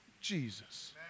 Jesus